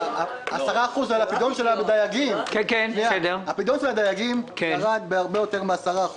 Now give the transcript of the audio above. הפדיון של הדייגים ירד בהרבה יותר מ-10%.